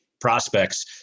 prospects